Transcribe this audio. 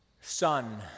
son